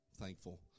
Thankful